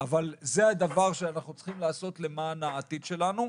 אבל זה דבר שאנחנו צריכים לעשות למען העתיד שלנו,